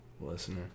Listener